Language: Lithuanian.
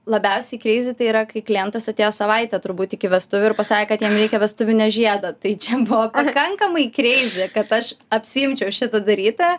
labiausiai kreizi tai yra kai klientas atėjo savaitę turbūt iki vestuvių ir pasakė kad jam reikia vestuvinio žiedo tai čia buvo pakankamai kreizi kad aš apsiimčiau šitą darytą